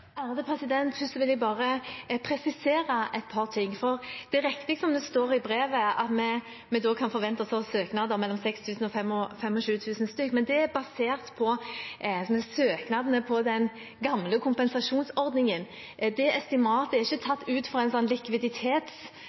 Først vil jeg bare presisere et par ting, for det er riktig som det står i brevet, at vi da kan forvente oss mellom 6 000 og 25 000 søknader, men det er basert på søknadene på den gamle kompensasjonsordningen. Det estimatet er ikke tatt ut fra en